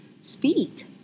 speak